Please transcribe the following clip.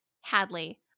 Hadley